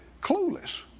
clueless